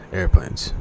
airplanes